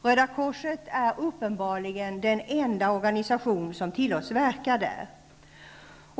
Röda korset är uppenbarligen den enda organisation som tillåts verka där.